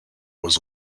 was